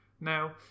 Now